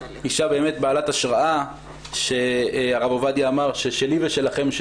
אישה באמת בעלת השראה שהרב עובדיה אמר ששלי ושלכם,